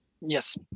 Yes